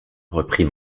reprit